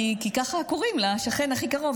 כי ככה קוראים לשכן הכי קרוב,